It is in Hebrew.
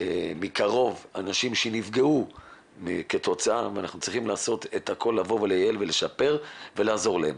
מקרוב אנשים שנפגעו ואנחנו צריכים לעשות את הכל לייעל ולשפר ולעזור להם,